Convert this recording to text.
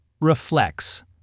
reflects